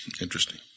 Interesting